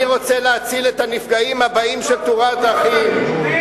אני רוצה להציל את הנפגעים הבאים של תאונות הדרכים.